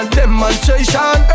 demonstration